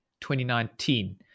2019